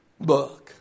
book